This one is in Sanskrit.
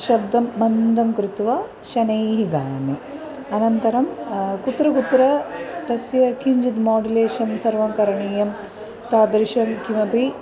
शब्दं मन्दं कृत्वा शनैः गायामि अनन्तरं कुत्र कुत्र तस्य किञ्चित् माडुलेशन् सर्वं करणीयं तादृशं किमपि